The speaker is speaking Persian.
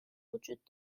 وجود